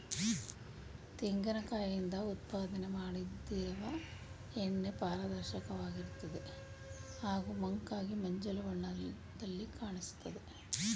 ತೆಂಗಿನ ಕಾಯಿಂದ ಉತ್ಪಾದನೆ ಮಾಡದಿರುವ ಎಣ್ಣೆ ಪಾರದರ್ಶಕವಾಗಿರ್ತದೆ ಹಾಗೂ ಮಂಕಾಗಿ ಮಂಜಲು ಬಣ್ಣದಲ್ಲಿ ಕಾಣಿಸ್ತದೆ